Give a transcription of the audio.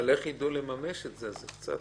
איך ידעו לממש את זה?